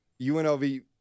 UNLV